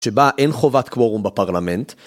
שבה אין חובת קוורום בפרלמנט.